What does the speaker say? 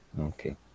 okay